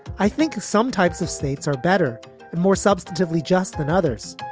i think some types of states are better and more substantively just than others.